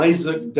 Isaac